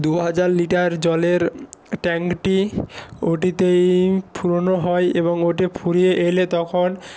দুহাজার লিটার জলের ট্যাঙ্কটি ওটিতেই ফুরোনো হয় এবং ওটি ফুরিয়ে এলে তখন